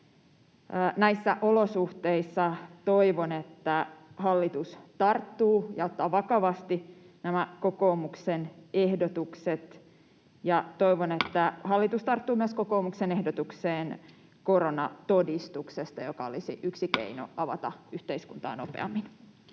Näissä olosuhteissa toivon, että hallitus tarttuu näihin kokoomuksen ehdotuksiin ja ottaa ne vakavasti, ja toivon, että hallitus tarttuu myös kokoomuksen ehdotukseen koronatodistuksesta, joka olisi yksi keino avata yhteiskuntaa nopeammin.